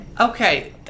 Okay